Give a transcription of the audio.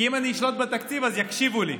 כי אם אני אשלוט בתקציב, יקשיבו לי.